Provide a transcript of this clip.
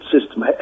system